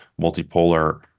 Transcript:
multipolar